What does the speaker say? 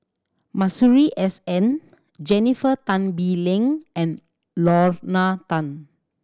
Masuri S N Jennifer Tan Bee Leng and Lorna Tan